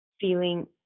feeling